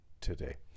today